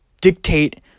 dictate